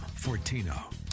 Fortino